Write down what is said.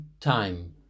time